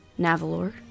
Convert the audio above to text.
Nav'alor